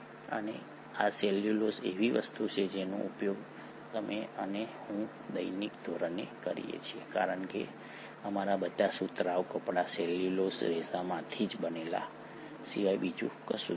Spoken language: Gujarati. અને આ સેલ્યુલોઝ એવી વસ્તુ છે જેનો ઉપયોગ તમે અને હું દૈનિક ધોરણે કરીએ છીએ કારણ કે અમારા બધા સુતરાઉ કપડાં સેલ્યુલોઝ રેસાઓથી બનેલા સિવાય બીજું કશું જ નથી